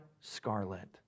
scarlet